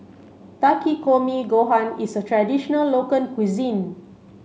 Takikomi Gohan is a traditional local cuisine